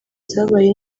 zabaye